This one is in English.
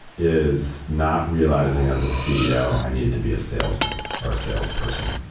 is not realizing as a ceo i need to be a salesman or a salesperson.